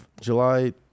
July